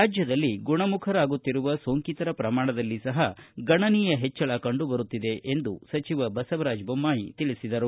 ರಾಜ್ಯದಲ್ಲಿ ಗುಣಮುಖರಾಗುತ್ತಿರುವ ಪ್ರಮಾಣದಲ್ಲಿ ಸಹ ಗಣನೀಯ ಹೆಚ್ಚಳ ಕಂಡು ಬರುತ್ತಿದೆ ಎಂದು ಬಸವರಾಜ ಬೊಮ್ಮಾಯಿ ತಿಳಿಸಿದರು